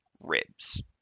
ribs